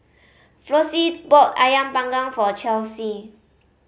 Flossie bought Ayam Panggang for Chelsey